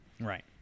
Right